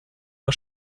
der